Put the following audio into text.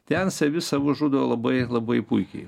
ten savi savus žudo labai labai puikiai